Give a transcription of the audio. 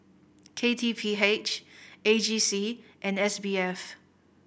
K T P H A G C and S B F